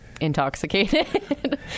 intoxicated